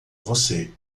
você